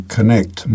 Connect